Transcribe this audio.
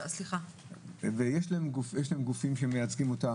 יש להם גופים שמייצגים אותם.